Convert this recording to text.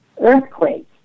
earthquake